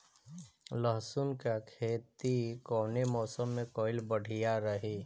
लहसुन क खेती कवने मौसम में कइल बढ़िया रही?